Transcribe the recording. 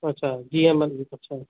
अच्छा जीअं अच्छा